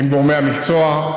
עם גורמי המקצוע,